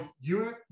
unit